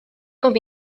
com